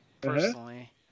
personally